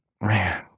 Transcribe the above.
Man